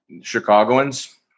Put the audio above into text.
Chicagoans